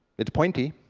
it's pointy,